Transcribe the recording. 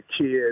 kids